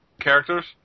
characters